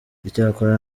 icyakora